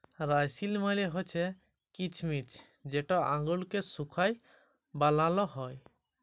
রাইসিল মালে হছে কিছমিছ যেট আঙুরকে শুঁকায় বালাল হ্যয়